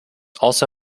also